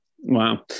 Wow